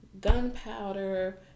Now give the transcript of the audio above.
gunpowder